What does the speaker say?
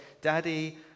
Daddy